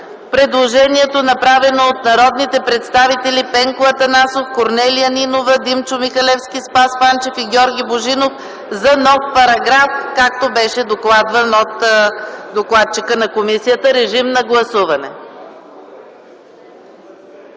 предложението, направено от народните представители Пенко Атанасов, Корнелия Нинова, Димчо Михалевски, Спас Панчев и Георги Божинов за нов параграф, както беше докладван от докладчика на комисията. Гласували